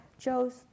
chose